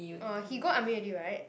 orh he go army already [right]